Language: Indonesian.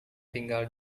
tinggal